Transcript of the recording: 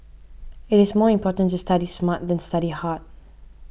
it is more important to study smart than study hard